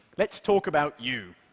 let's talk about you.